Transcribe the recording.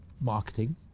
marketing